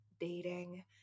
dating